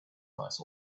nice